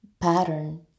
pattern